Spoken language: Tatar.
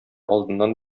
алдыннан